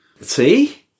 See